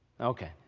okay